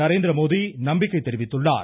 நரேந்திரமோதி நம்பிக்கை தெரிவித்துள்ளார்